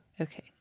okay